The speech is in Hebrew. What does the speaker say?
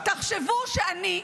תחשבו שאני,